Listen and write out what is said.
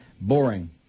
Boring